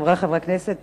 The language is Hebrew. חברי חברי הכנסת,